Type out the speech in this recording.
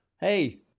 hey